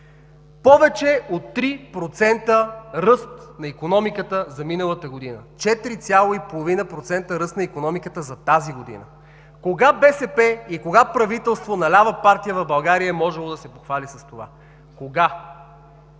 Повече от 3% ръст на икономиката за миналата година, 4,5% ръст на икономиката за тази година. Кога БСП и кога правителство на лява партия в България е можело да се похвали с това? Кога?